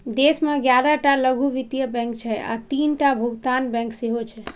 देश मे ग्यारह टा लघु वित्त बैंक छै आ तीनटा भुगतान बैंक सेहो छै